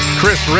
Chris